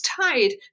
tied